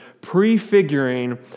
prefiguring